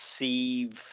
receive